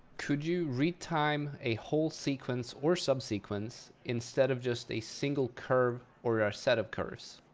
could you retime a whole sequence or sub-sequence instead of just a single curve or a set of curves?